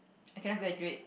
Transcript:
I cannot graduate